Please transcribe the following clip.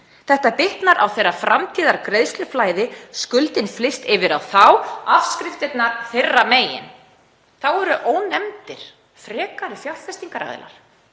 Þetta bitnar á þeirra framtíðargreiðsluflæði. Skuldin flyst yfir á þá, afskriftirnar þeirra megin. Þá eru ónefndir frekari fjárfestingaraðilar,